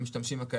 מהמשתמשים.